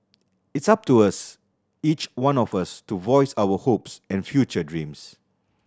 it's up to us each one of us to voice our hopes and future dreams